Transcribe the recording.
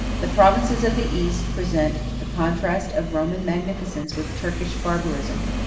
the provinces of the east present the contrast of roman magnificence with turkish barbarism.